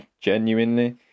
genuinely